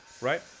Right